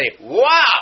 wow